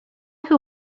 who